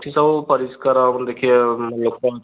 ନା ଏଠି ସବୁ ପରିଷ୍କାର ଆପଣ ଦେଖିବେ ଲୋକ